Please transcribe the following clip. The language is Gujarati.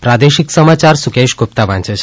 પ્રાદેશિક સમાચાર સુકેશ ગુપ્તા વાંચે છે